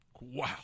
Wow